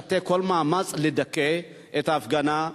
תעשה כל מאמץ לדכא את ההפגנה.